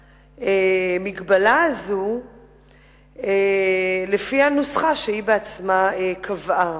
המגבלה הזאת לפי הנוסחה שהיא בעצמה קבעה.